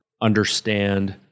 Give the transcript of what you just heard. understand